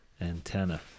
Antenna